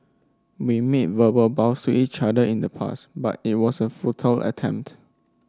we made verbal vows to each other in the past but it was a futile attempt